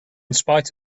spite